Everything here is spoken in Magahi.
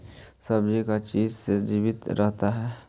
सब्जी का चीज से जीवित रहता है?